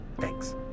Thanks